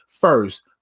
first